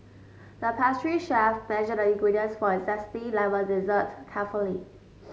the pastry chef measured the ingredients for a zesty lemon dessert carefully